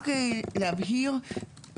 רק להבהיר,